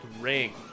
ring